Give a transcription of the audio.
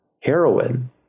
heroin